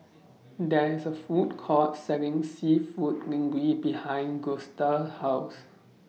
There IS A Food Court Selling Seafood Linguine behind Gusta House